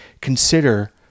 consider